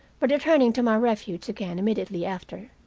but returning to my refuge again immediately after.